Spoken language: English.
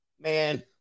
Man